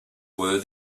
were